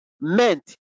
meant